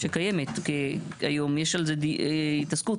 כי היום יש בזה התעסקות.